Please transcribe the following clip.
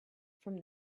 from